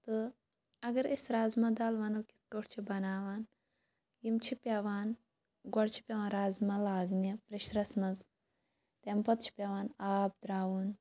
تہٕ اگر أسۍ رزمہ دال وَنو کِتھ کٲٹھۍ چھِ بَناوان یِم چھِ پٮ۪وان گۄڈٕ چھِ پٮ۪وان رزمہ لاگنہ پرٮ۪شرَس مَنٛز تمہ پَتہٕ چھ پٮ۪وان آب ترٛاوُن